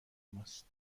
ماست